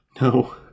No